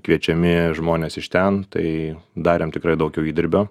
kviečiami žmonės iš ten tai darėm tikrai daug jau įdirbio